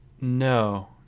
no